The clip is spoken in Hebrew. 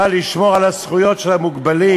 בא לשמור על הזכויות של המוגבלים.